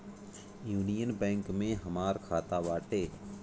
union bank में हमार खाता बाटे